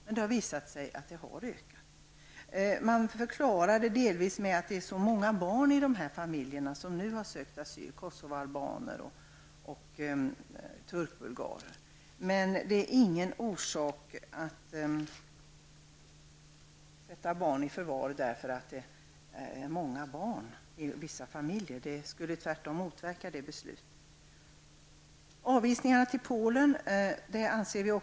Men det har visat sig att det har ökat. Detta förklaras delvis med att det är så många barn i de familjer som nu har sökt asyl, dvs. kosovoalbaner och turkbulgarier. Men det finns inte någon anledning att sätta barn i förvar bara på grund av att det är många barn i vissa familjer. Det skulle i stället motverka detta beslut. Beträffande avvisningarna till Polen vill jag säga följande.